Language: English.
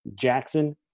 Jackson